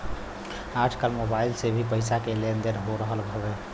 आजकल मोबाइल से भी पईसा के लेन देन हो रहल हवे